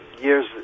years